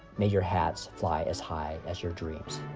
may your hats fly as high as your dreams.